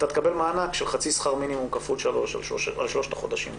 תקבל מענק של חצי שכר מינימום כפול 3 עבור שלושת החודשים האלה.